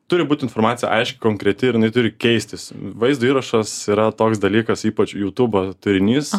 turi būt informacija aiški konkreti ir jinai turi keistis vaizdo įrašas yra toks dalykas ypač jutubo turinys